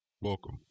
welcome